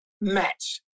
match